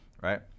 right